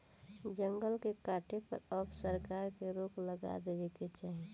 जंगल के काटे पर अब सरकार के रोक लगा देवे के चाही